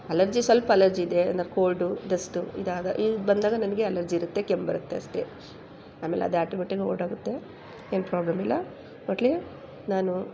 allergy ಸ್ವಲ್ಪ allergy ಇದೆ ಏನಾದ್ರೂ ಕೋಲ್ಡು ಡಸ್ಟು ಇದಾದಾಗ ಇಲ್ಲಿಗೆ ಬಂದಾಗ ನನಗೆ ಅಲರ್ಜಿ ಇರುತ್ತೆ ಕೆಮ್ಮು ಬರುತ್ತೆ ಅಷ್ಟೇ ಆಮೇಲೆ ಅದೇ ಆಟೋಮೆಟಿಕಾಗಿ ಹೊರ್ಟೋಗುತ್ತೆ ಏನು ಪ್ರಾಬ್ಲಮ್ ಇಲ್ಲ ಟೋಟ್ಲಿ ನಾನು